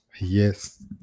Yes